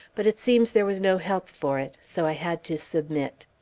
but it seems there was no help for it, so i had to submit.